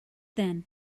then